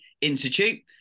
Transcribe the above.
Institute